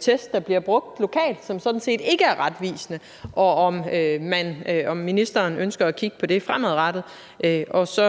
test, der bliver brugt lokalt, som sådan set ikke er retvisende, og om ministeren ønsker at kigge på det fremadrettet, og om